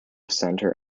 center